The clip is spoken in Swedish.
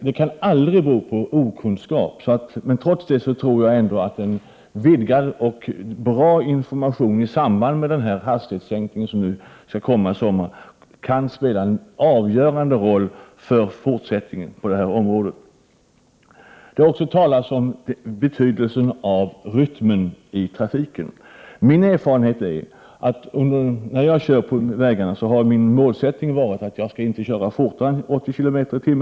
Det kan alltså aldrig bero på okunskap, men trots detta tror jag ändå att en vidgad och bra information i samband med den planerade hastighetssänkningen i sommar kan spela en avgörande roll för den fortsatta utvecklingen på detta område. Det har också talats om betydelsen av rytmen i trafiken. När jag kör på vägarna har min målsättning varit att jag inte skall köra fortare än 80 km/tim.